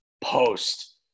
post